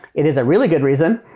it is a really good reason,